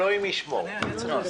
אלוהים ישמור.